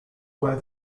where